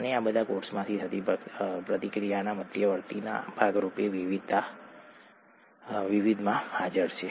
અને આ બધા કોષમાં થતી પ્રતિક્રિયાના મધ્યવર્તીઓના ભાગરૂપે વિવિધમાં હાજર છે